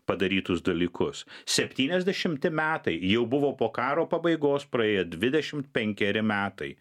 padarytus dalykus septyniasdešimti metai jau buvo po karo pabaigos praėję dvidešimt penkeri metai